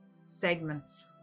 segments